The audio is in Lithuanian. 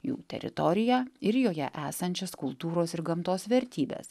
jų teritoriją ir joje esančias kultūros ir gamtos vertybes